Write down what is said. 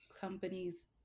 companies